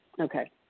Okay